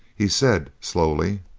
he said, slowly